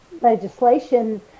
legislation